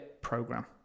program